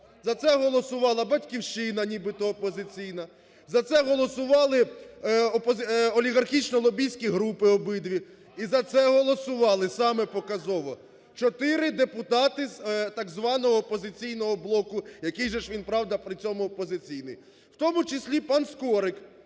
за це голосувала "Батьківщина" нібито опозиційна, за це голосували олігархічно–лобістські групи обидві і за це голосували, саме показово 4 депутати з так званого "Опозиційного блоку", який же ж він, правда, при цьому опозиційний, в тому числі пан Скорик,